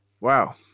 Wow